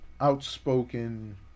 outspoken